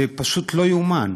זה פשוט לא יאומן.